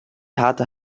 harter